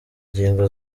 ingingo